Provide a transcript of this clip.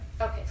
okay